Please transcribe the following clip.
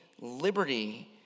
liberty